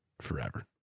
forever